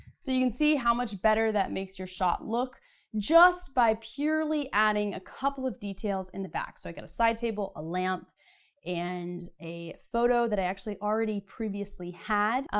so you can see how much better that makes your shoot look just by purely adding a couple of details in the back. so i got a side table, a lamp and a photo that i actually already previously had.